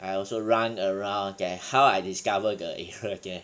I also run around that's how I discover the interest there